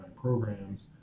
programs